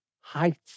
height